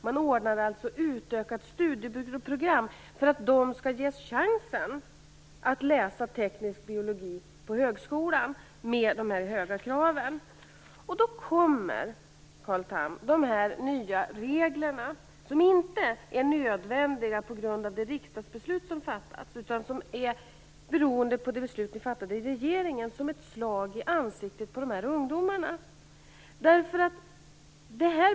Man ordnade alltså med ett utökat studieprogram för att ge dem en chans att på högskolan läsa teknisk biologi med de här höga kraven. Carl Tham! De här nya reglerna, som inte är nödvändiga på grund av det riksdagsbeslut som fattats utan som beror på det beslut som ni fattade i regeringen, kommer som ett slag i ansiktet på de här ungdomarna.